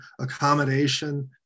accommodation